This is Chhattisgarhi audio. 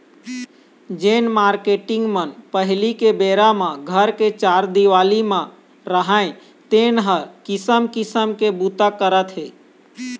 जेन मारकेटिंग मन पहिली के बेरा म घर के चार देवाली म राहय तेन ह किसम किसम के बूता करत हे